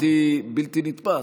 --- ודבר כזה הוא בכלל דבר בלתי נתפס.